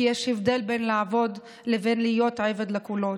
כי יש הבדל בין לעבוד לבין להיות עבד לקולות.